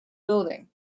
building